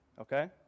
okay